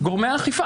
גורמי האכיפה.